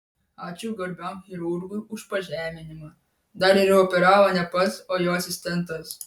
ačiū garbiam chirurgui už pažeminimą dar ir operavo ne pats o jo asistentas